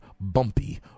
Bumpy